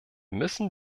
müssen